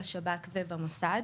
בשב"כ ובמוסד.